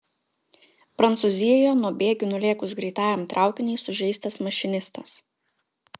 prancūzijoje nuo bėgių nulėkus greitajam traukiniui sužeistas mašinistas